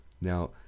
Now